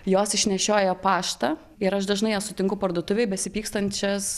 jos išnešioja paštą ir aš dažnai jas sutinku parduotuvėj besipykstančias